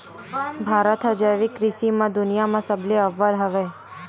भारत हा जैविक कृषि मा दुनिया मा सबले अव्वल हवे